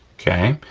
okay?